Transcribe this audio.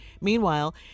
Meanwhile